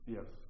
Yes